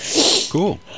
Cool